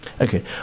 Okay